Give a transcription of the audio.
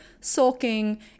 sulking